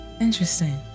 Interesting